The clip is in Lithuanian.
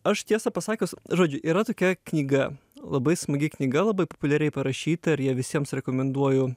aš tiesą pasakius žodžiu yra tokia knyga labai smagi knyga labai populiariai parašyta ir ją visiems rekomenduoju